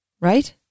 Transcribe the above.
right